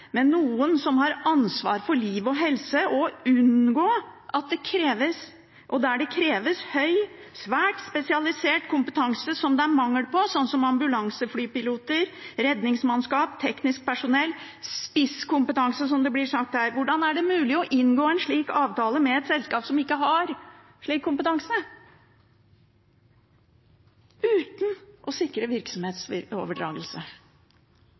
noen som har ansvar for liv og helse, der det kreves høy, svært spesialisert kompetanse som det er mangel på, sånn som ambulanseflypiloter, redningsmannskap, teknisk personell, spisskompetanse, som det blir sagt her – hvordan er det mulig å inngå en slik avtale med et selskap som ikke har slik kompetanse, uten å sikre